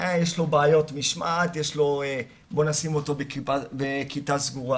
'יש לו בעיות משמעת, בואו נשים אותו בכיתה קטנה